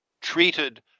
treated